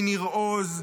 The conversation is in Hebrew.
מניר עוז,